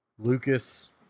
Lucas